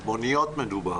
על מוניות מדובר.